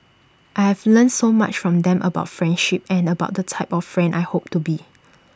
I have learnt so much from them about friendship and about the type of friend I hope to be